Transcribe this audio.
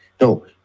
no